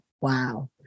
Wow